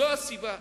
זו הסיבה.